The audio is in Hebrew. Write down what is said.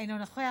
אינו נוכח,